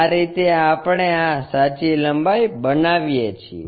આ રીતે આપણે આ સાચી લંબાઈ બનાવીએ છીએ